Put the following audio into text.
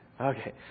Okay